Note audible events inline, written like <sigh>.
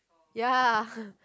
ya <breath>